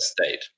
state